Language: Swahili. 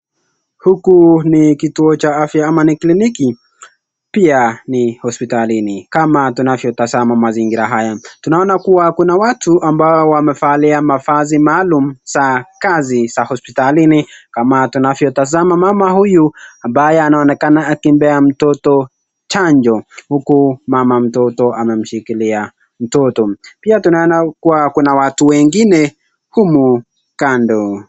Huku ni kituo cha afya ama ni kliniki pia ni hospitalini kama tunavyotazama mazingira haya. Tunaona kuwa kuna watu wamevalia mavazi maalum za kazi za hospitalini kama tunavyotazama mama huyu ambaye anaonekana akimpea mtoto chanjo huku mama mtoto amemshikilia mtoto. Pia tunaona kuwa kuna watu wengine humu kando.